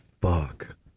fuck